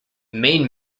main